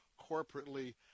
corporately